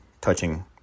touching